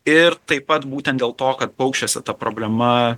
ir taip pat būtent dėl to kad paukščiuose ta problema